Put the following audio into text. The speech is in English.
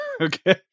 Okay